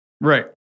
Right